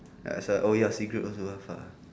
that's why oh ya cigarette also oh fuck